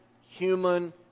human